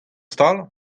stal